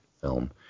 film